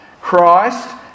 Christ